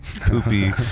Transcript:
poopy